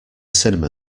cinema